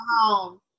home